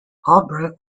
albright